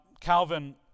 Calvin